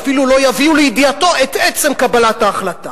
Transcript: ואפילו לא יביאו לידיעתו את עצם קבלת ההחלטה.